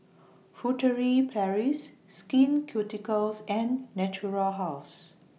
Furtere Paris Skin Ceuticals and Natura House